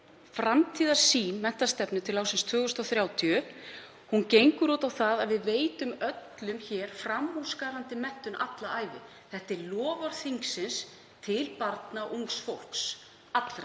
framtíðarsýn menntastefnu til ársins 2030 gengur út á það að við veitum öllum hér framúrskarandi menntun alla ævi. Þetta er loforð þingsins til barna og ungs fólks, allra.